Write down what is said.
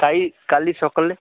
ଭାଇ କାଲି ସକାଳେ